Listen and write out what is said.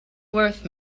worth